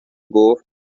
گفتمن